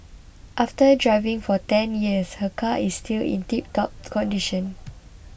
after driving for ten years her car is still in tiptop condition